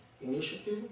Initiative